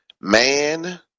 Man